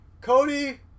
Cody